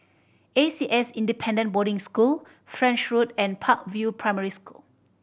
A C S Independent Boarding School French Road and Park View Primary School